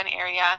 area